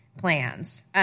plans